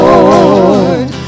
Lord